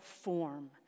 form